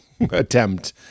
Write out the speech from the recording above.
attempt